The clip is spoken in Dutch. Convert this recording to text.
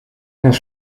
naar